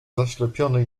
zaślepiony